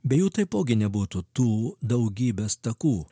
be jų taipogi nebūtų tų daugybės takų